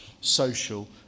social